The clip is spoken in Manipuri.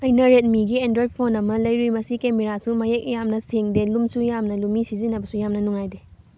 ꯑꯩꯅ ꯔꯦꯠ ꯃꯤꯒꯤ ꯑꯦꯟꯗ꯭ꯔꯣꯏꯠ ꯐꯣꯟ ꯑꯃ ꯂꯩꯔꯨꯏ ꯃꯁꯤ ꯀꯦꯃꯦꯔꯥꯁꯨ ꯃꯌꯦꯛ ꯌꯥꯝꯅ ꯁꯦꯡꯗꯦ ꯂꯨꯝꯁꯨꯨ ꯌꯥꯝꯅ ꯂꯨꯝꯃꯤ ꯁꯤꯖꯤꯟꯅꯕꯁꯨ ꯌꯥꯝꯅ ꯅꯨꯡꯉꯥꯏꯇꯦ